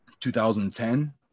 2010